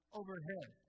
overhead